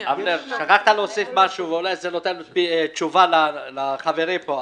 שכחת להוסיף משהו, ואולי זה נותן תשובה לחברים פה.